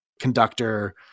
conductor